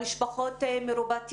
למשפחות מרובות ילדים,